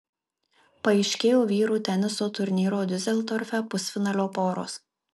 paaiškėjo vyrų teniso turnyro diuseldorfe pusfinalio poros